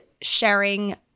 sharing